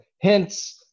hence